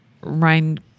Ryan